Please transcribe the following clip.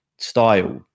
style